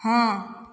हँ